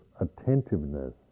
attentiveness